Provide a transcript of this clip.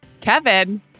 Kevin